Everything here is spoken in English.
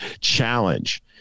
challenge